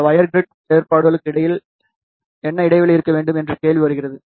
இந்த wire grid ஏற்பாடுகளுக்கு இடையில் என்ன இடைவெளி இருக்க வேண்டும் என்ற கேள்வி வருகிறது